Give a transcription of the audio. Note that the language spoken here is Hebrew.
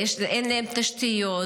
אין להם תשתיות,